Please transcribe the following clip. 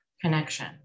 Connection